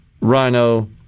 Rhino